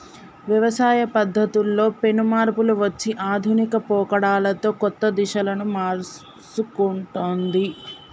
వ్యవసాయ పద్ధతుల్లో పెను మార్పులు వచ్చి ఆధునిక పోకడలతో కొత్త దిశలను మర్సుకుంటొన్ది